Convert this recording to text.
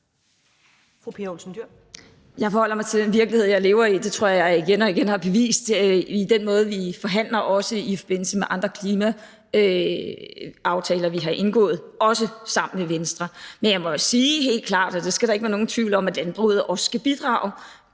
Jeg forholder mig til den virkelighed, jeg lever i. Det tror jeg jeg igen og igen har bevist på den måde, vi forhandler, også i forbindelse med andre klimaaftaler, vi har indgået – også sammen med Venstre. Men jeg må da sige helt klart, og det skal der ikke være nogen tvivl om, at landbruget også skal bidrage.